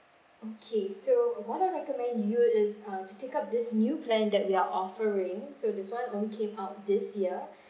okay so what I recommend you is uh to take up this new plan that we are offering so this [one] came out this year